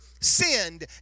sinned